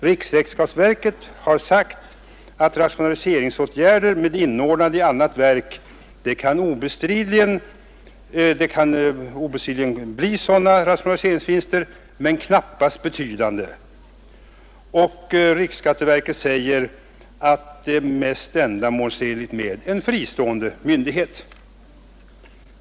Riksrevisionsverket har sagt att det kan bli rationaliseringsvinster men dessa kan knappast bli betydande, och riksskatteverket säger att det är mest ändamålsenligt med en fristående myndighet.